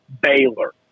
Baylor